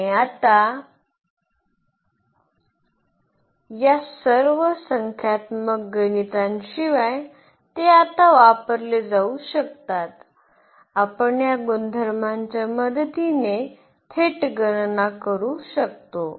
आणि आता या सर्व संख्यात्मक गणितांशिवाय ते आता वापरले जाऊ शकतात आपण या गुणधर्मांच्या मदतीने थेट गणना करू शकतो